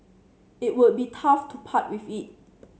it would be tough to part with it